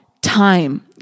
time